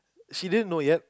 she didn't know yet